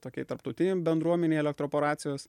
tokiai tarptautinei bendruomenei elektroporacijos